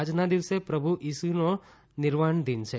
આજના દિવસે પ્રભુ ઇસુનો નિર્વાણદિન છે